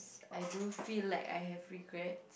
I do feel like I have regrets